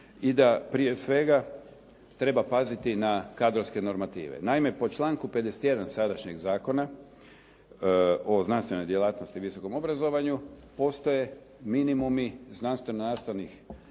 i da prije svega treba paziti na kadrovske normative. Naime, po članku 51. sadašnjeg Zakona o znanstvenoj djelatnosti i visokom obrazovanju postoje minimumi znanstveno-nastavnih